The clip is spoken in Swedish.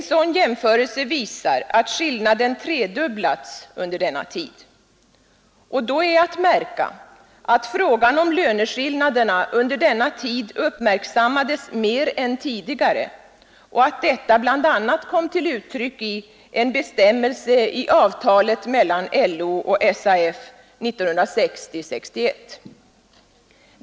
Jämförelsen visar att skillnaden tredubblades under denna tid. Och då är att märka att frågan om löneskillnaderna uppmärksammades mer än tidigare och att detta bl.a. kom till uttryck i en bestämmelse i avtalet mellan LO och SAF 1960—- 1961.